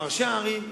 עם ראשי הערים,